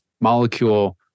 molecule